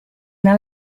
una